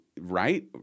right